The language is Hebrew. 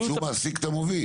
זאת אומרת שהוא מעסיק את המוביל.